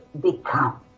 become